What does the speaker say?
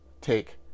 take